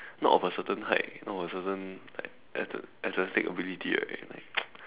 not of a certain height not of a certain like ath~ athletic ability right